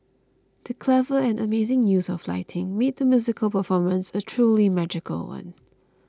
the clever and amazing use of lighting made the musical performance a truly magical one